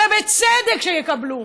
ובצדק יקבלו.